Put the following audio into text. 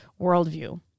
worldview